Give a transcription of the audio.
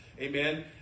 Amen